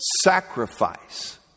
sacrifice